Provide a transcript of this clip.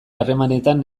harremanetan